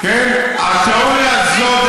התיאוריה הזאת,